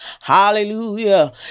hallelujah